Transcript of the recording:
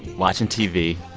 watching tv.